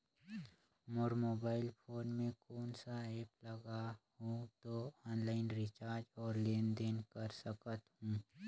मोर mobile phone मे कोन सा एप्प लगा हूं तो ऑनलाइन रिचार्ज और लेन देन कर सकत हू?